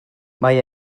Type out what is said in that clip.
mae